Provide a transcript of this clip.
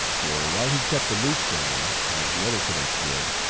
for, while he kept aloof from me, as the other cadets did,